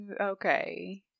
okay